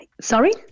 Sorry